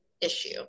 issue